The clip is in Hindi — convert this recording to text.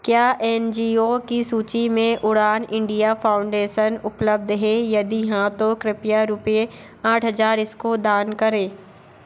क्या एन जी ओ की सूची में उड़ान इंडिया फाउंडेशन उपलब्ध है यदि हाँ तो कृपया रूपये आठ हज़ार इसको दान करें